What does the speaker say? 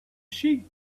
sheep